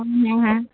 ह्म्म्म